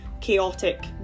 chaotic